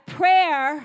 prayer